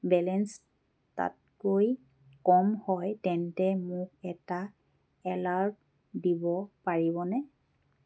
balance তাতকৈ কম হয় তেন্তে মোক এটা এলাৰ্ট দিব পাৰিবনে